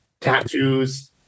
tattoos